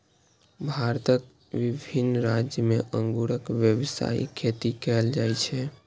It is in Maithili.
भारतक विभिन्न राज्य मे अंगूरक व्यावसायिक खेती कैल जाइ छै